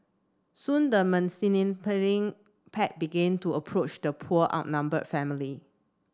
soon the pack began to approach the poor outnumbered family